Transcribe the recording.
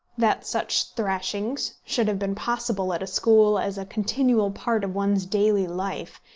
that such thrashings should have been possible at a school as a continual part of one's daily life,